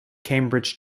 cambridge